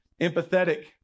empathetic